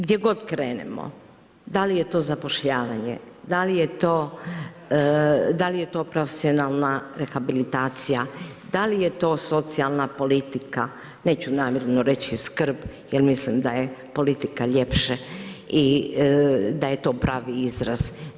Gdje god krenemo, da li je to zapošljavanje, da li je to profesionalna rehabilitacija, da li je to socijalna politika, neću namjerno reći skrb, jer mislim da je politika ljepše i da je to pravi izraz.